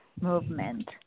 movement